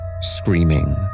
screaming